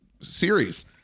series